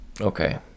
Okay